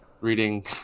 reading